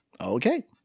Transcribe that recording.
Okay